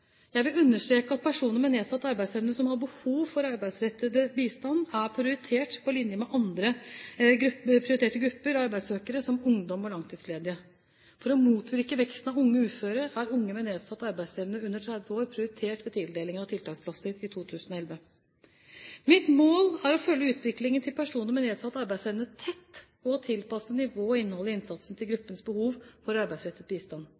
Jeg vil understreke at personer med nedsatt arbeidsevne som har behov for arbeidsrettet bistand, er prioritert på linje med andre prioriterte grupper av arbeidssøkere, som ungdom og langtidsledige. For å motvirke veksten av unge uføre er unge med nedsatt arbeidsevne under 30 år prioritert ved tildelingen av tiltaksplasser i 2011. Mitt mål er å følge utviklingen til personer med nedsatt arbeidsevne tett og å tilpasse nivået og innholdet i innsatsen til gruppens behov for arbeidsrettet bistand.